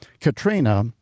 Katrina